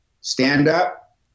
Stand-up